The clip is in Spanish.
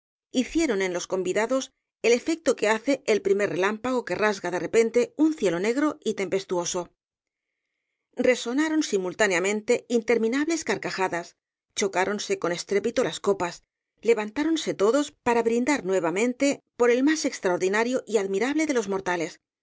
hicieron en los convidados el efecto que hace el primer relámpago que rasga de repente un cielo negro y tempestuoso resonaron simultáneamente interminables carcajadas chocáronse con estrépito las copas levantáronse todos para brindar nuevamente por el más extraordinario y admirable de los mortales